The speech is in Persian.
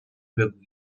بگویم